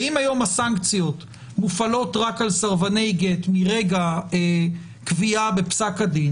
אם היום הסנקציות מופעלות רק על סרבני גט מרגע קביעה בפסק הדין,